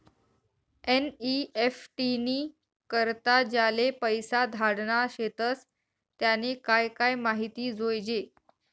NEFT नी करता ज्याले पैसा धाडना शेतस त्यानी काय काय माहिती जोयजे